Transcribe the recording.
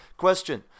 Question